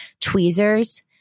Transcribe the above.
tweezers